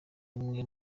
ubumwe